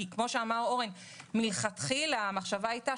כי כמו שאמר אורן מלכתחילה המחשבה הייתה